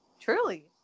truly